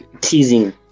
teasing